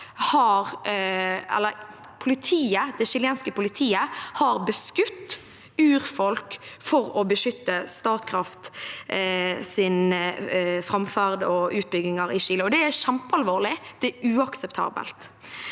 det chilenske politiet har beskutt urfolk for å beskytte Statkrafts framferd og utbygginger i Chile. Det er kjempealvorlig, og det er uakseptabelt.